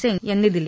सिंग यांनी दिली